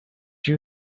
you